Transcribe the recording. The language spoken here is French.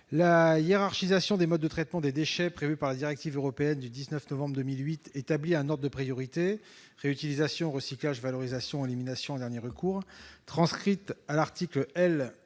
La hiérarchisation des modes de traitement des déchets prévue par la directive européenne du 19 novembre 2008 établit un ordre de priorité : réutilisation, recyclage, valorisation et, en dernier recours, élimination. Transposée à l'article L.